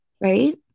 Right